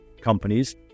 companies